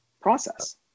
process